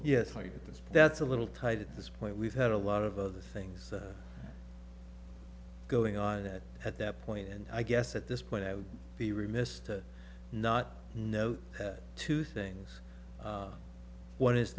think that's a little tight at this point we've had a lot of other things going on that at that point and i guess at this point i would be remiss to not note two things one is